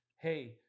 hey